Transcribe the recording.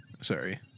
Sorry